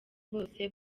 bose